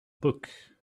book